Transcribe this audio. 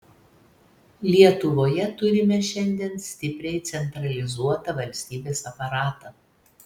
lietuvoje turime šiandien stipriai centralizuotą valstybės aparatą